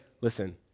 listen